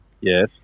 Yes